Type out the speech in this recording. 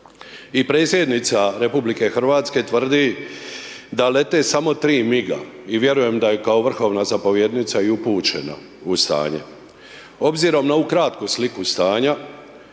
I predsjednica RH tvrdi da lete samo 3 miga i vjerujem da je kao vrhovna zapovjednica i upućena u stanje. Obzirom na ovu kratku sliku stanja